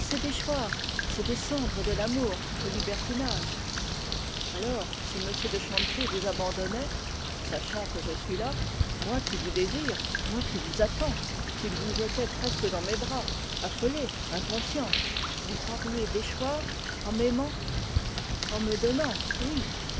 déchoir c'est descendre de l'amour au libertinage alors si m de chanteprie vous abandonnait sachant que je suis là moi qui vous désire s'il vous jetait presque dans mes bras affolée inconsciente vous croiriez déchoir en m'aimant en me donnant oui